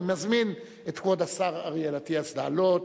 אני מזמין את כבוד השר אריאל אטיאס לבוא